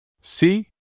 See